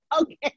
okay